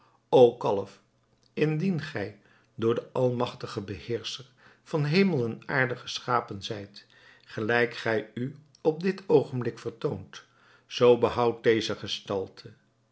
o kalf indien gij door den almagtigen beheerscher van hemel en aarde geschapen zijt gelijk gij u op dit oogenblik vertoont zoo behoud deze gestalte